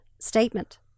statement